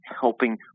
helping